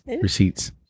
Receipts